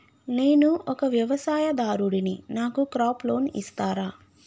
నేను ఒక వ్యవసాయదారుడిని నాకు క్రాప్ లోన్ ఇస్తారా?